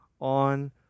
on